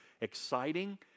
exciting